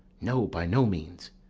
no, by no means.